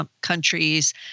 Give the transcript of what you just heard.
countries